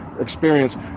experience